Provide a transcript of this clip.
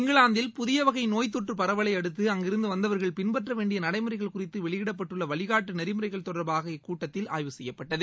இங்கிலாந்தில் புதிய வகை நோய்த்தொற்று பரவலையடுத்து அங்கிருந்து வந்தவர்கள் பின்பற்ற வேண்டிய நடைமுறைகள் குறித்து வெளியிடப்பட்டுள்ள வழிகாட்டு நெறிமுறைகள் தொடர்பாக இக்கூட்டத்தில் ஆய்வு செய்யப்பட்டது